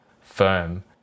firm